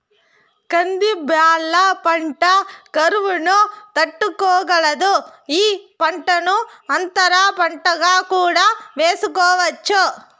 కంది బ్యాళ్ళ పంట కరువును తట్టుకోగలదు, ఈ పంటను అంతర పంటగా కూడా వేసుకోవచ్చు